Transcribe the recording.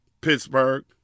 Pittsburgh